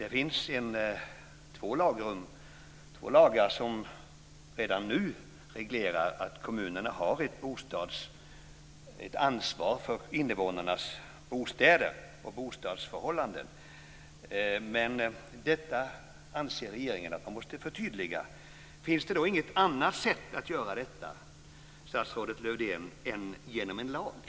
Det finns redan nu två lagar som reglerar att kommunerna har ett ansvar för invånarnas bostäder och bostadsförhållanden. Men detta anser regeringen att man måste förtydliga. Finns det då inte något annat sätt att göra detta, statsrådet Lövdén, än genom en lag?